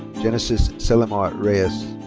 genesis selimar reyes.